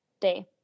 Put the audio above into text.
day